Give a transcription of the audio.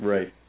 Right